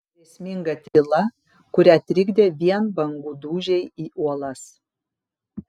grėsminga tyla kurią trikdė vien bangų dūžiai į uolas